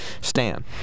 Stan